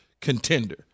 contender